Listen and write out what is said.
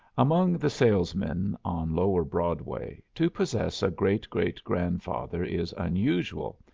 among the salesmen on lower broadway, to possess a great-great-grandfather is unusual,